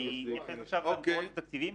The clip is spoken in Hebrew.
אני אתייחס עכשיו למקורות התקציביים.